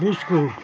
biscuit